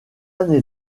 année